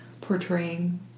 portraying